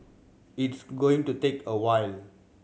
it's going to take a while